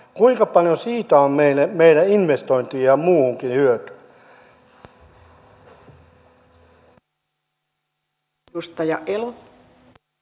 kuinka paljon siitä on meille investointeihin ja muuhun hyötyä